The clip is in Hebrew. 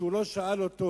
שהוא לא שאל אותו,